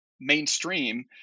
mainstream